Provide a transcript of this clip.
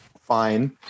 fine